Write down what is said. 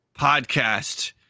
podcast